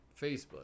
Facebook